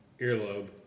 Earlobe